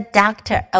doctor